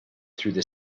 through